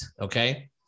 Okay